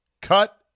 Cut